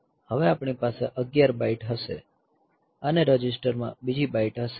હવે આપણી પાસે 11 બાઈટ હશે અને રજિસ્ટરમાં બીજી બાઈટ હશે